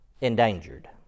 endangered